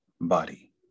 body